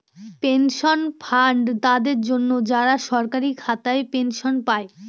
pension fund তাদের জন্য, যারা সরকারি খাতায় পেনশন পায়